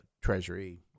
treasury